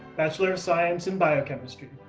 bachelor of science in biochemistry.